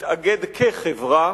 שתתאגד כחברה